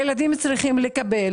הילדים צריכים לקבל